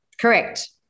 Correct